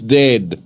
dead